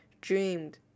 dreamed